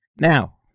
Now